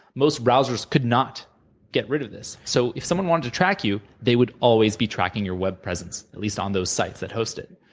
most browsers could not get rid of this, so if someone wanted to track you, they would always be tracking your web presence, at least on those sites that host it,